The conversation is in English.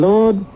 Lord